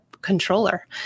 Controller